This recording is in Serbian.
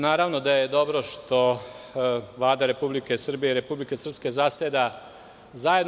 Naravno, da je dobro što Vlada Republike Srbije i Republike Srpske zaseda zajedno.